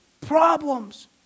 problems